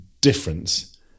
difference